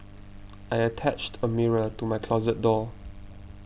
I attached a mirror to my closet door